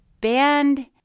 band